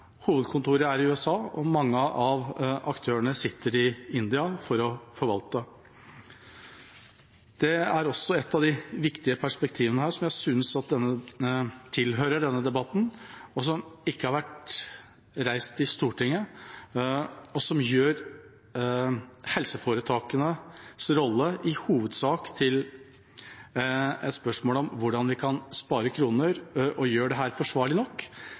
hovedkontoret er i USA og mange av aktørene sitter i India for å forvalte? Det er også et av de viktige perspektivene som jeg synes tilhører denne debatten, og som ikke har vært reist i Stortinget, og som gjør helseforetakenes rolle hovedsakelig til et spørsmål om hvordan vi kan spare kroner og gjøre dette forsvarlig nok.